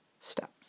step